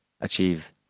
Achieve